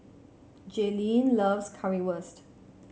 Jalynn loves Currywurst